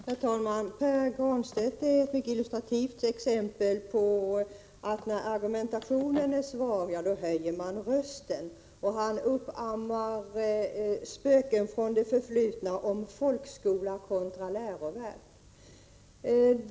Herr talman! Pär Granstedt är ett mycket illustrativt exempel på att när argumentationen är svag höjer man rösten. Han uppammar spöken från det förflutna och talar om folkskola kontra läroverk.